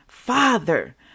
Father